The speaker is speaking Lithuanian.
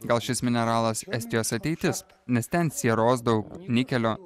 gal šis mineralas estijos ateitis nes ten sieros daug nikelio